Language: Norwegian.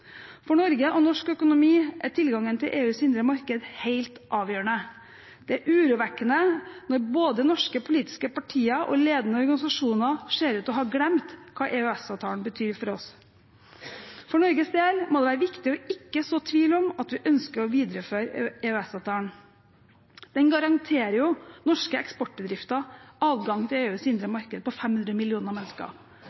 For Norge og norsk økonomi er tilgangen til EUs indre marked helt avgjørende. Det er urovekkende når både norske politiske partier og ledende organisasjoner ser ut til å ha glemt hva EØS-avtalen betyr for oss. For Norges del må det være viktig ikke å så tvil om at vi ønsker å videreføre EØS-avtalen. Den garanterer jo norske eksportbedrifter adgang til EUs indre